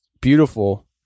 beautiful